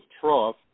trough